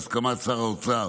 בהסכמת שר האוצר